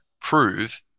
prove